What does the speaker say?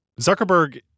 Zuckerberg